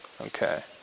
Okay